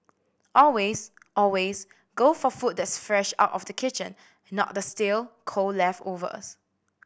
always always go for food that's fresh out of the kitchen not the stale cold leftovers